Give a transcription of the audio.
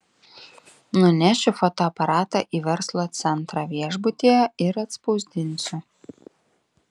nunešiu fotoaparatą į verslo centrą viešbutyje ir atspausdinsiu